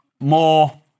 more